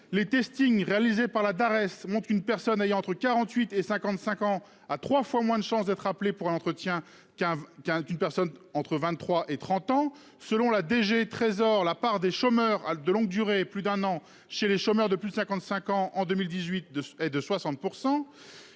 Les testings réalisés par la Darès monte une personne ayant entre 48 et 55 ans à 3 fois moins de chances d'être appelé pour un entretien qu'un qu'd'une personne entre 23 et 30 ans selon la DG trésor, la part des chômeurs à de longue durée, plus d'un an chez les chômeurs de plus de 55 ans en 2018 2 et de 60%